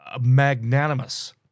magnanimous